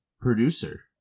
producer